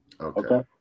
okay